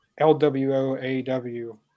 LWOAW